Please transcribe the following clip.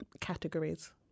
categories